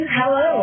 hello